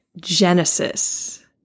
Genesis